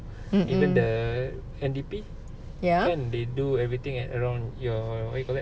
even the N_D_P kan they do everything at around your what you call that